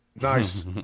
Nice